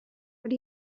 what